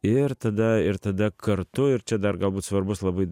ir tada ir tada kartu ir čia dar galbūt svarbus labai